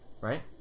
right